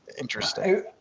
interesting